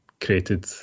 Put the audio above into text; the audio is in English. created